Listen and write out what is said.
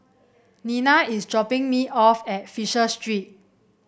Nina is dropping me off at Fisher Street